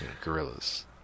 Gorillas